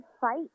fight